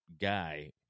guy